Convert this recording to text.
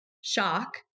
shock